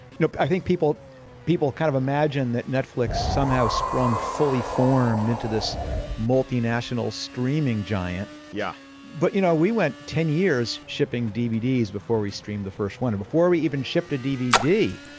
i think people people kind of imagine that netflix somehow sprung fully formed into this multi-national streaming giant. yeah but you know we went ten years shipping dvd before we stream the first one before we even shipped a dvd.